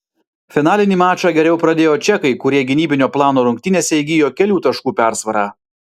finalinį mačą geriau pradėjo čekai kurie gynybinio plano rungtynėse įgijo kelių taškų persvarą